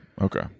okay